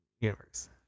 universe